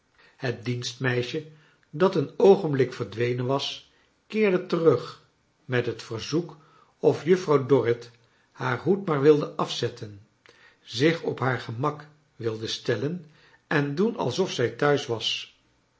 het dienstmeisje dat een oogenblik verdwenen was keerde terug met het verzoek of juffrouw dorrit haar hoed maar wilde afzetten zich op haar gemak wilde stellen en doen alsof zij thuis was